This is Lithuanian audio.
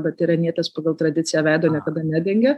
bet iranietės pagal tradiciją veido niekada nedengė